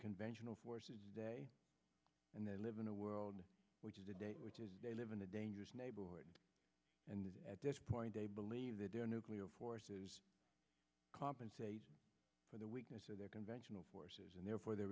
conventional force day and they live in a world which is they live in a dangerous neighborhood and at this point they believe that their nuclear forces compensate for the weakness of their conventional forces and therefore they're